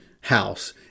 house